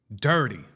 dirty